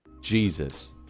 Jesus